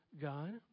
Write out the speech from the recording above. God